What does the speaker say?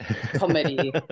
comedy